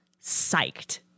psyched